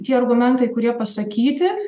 tie argumentai kurie pasakyti